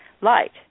light